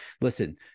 Listen